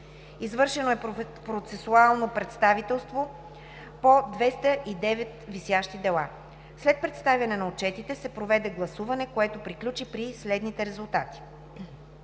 Извършено е процесуално представителство по 209 висящи дела. След представяне на отчетите се проведе гласуване, което приключи при следните резултати: